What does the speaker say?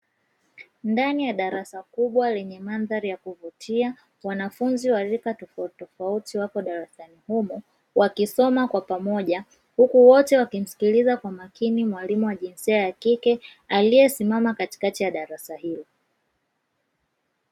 Ndani ya darasa kubwa, lenye mandhari ya kuvutia, wanafunzi wa rika tofauti tofauti wapo darasani humo wakisoma kwa pamoja, huku wote wakimsikiliza kwa makini mwalimu wa kike, aliyesimama katikati ya darasa hilo.